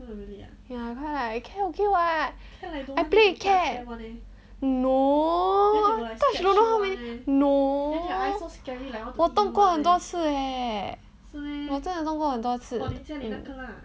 ya I quite like cat okay what I play with cat no touch don't know how many no 我动过过很多次 eh 我真的动过很多次 um